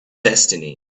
destiny